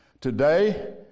Today